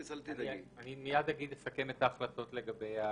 אני מייד אסכם את ההחלטות לגבי הסעיף.